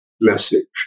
message